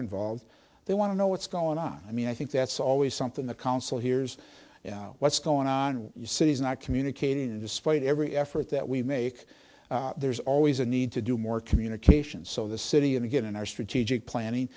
involved they want to know what's going on i mean i think that's always something the council hears what's going on you cities are not communicating and despite every effort that we make there's always a need to do more communication so the city and again in our strategic planning